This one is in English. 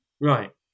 Right